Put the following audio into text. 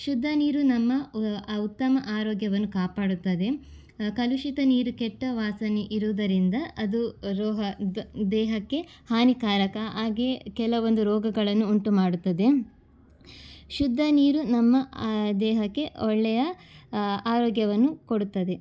ಶುದ್ಧ ನೀರು ನಮ್ಮ ಉತ್ತಮ ಆರೋಗ್ಯವನ್ನು ಕಾಪಾಡುತ್ತದೆ ಕಲುಷಿತ ನೀರು ಕೆಟ್ಟ ವಾಸನೆ ಇರುವುದರಿಂದ ಅದು ರೋಗ ದೇಹಕ್ಕೆ ಹಾನಿಕಾರಕ ಹಾಗೆ ಕೆಲವೊಂದು ರೋಗಗಳನ್ನು ಉಂಟುಮಾಡುತ್ತದೆ ಶುದ್ಧ ನೀರು ನಮ್ಮ ದೇಹಕ್ಕೆ ಒಳ್ಳೆಯ ಆರೋಗ್ಯವನ್ನು ಕೊಡುತ್ತದೆ